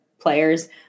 players